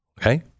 Okay